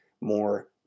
more